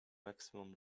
maximum